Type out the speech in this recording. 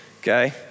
Okay